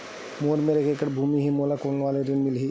मोर मेर एक एकड़ भुमि हे मोला कोन वाला ऋण मिलही?